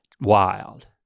wild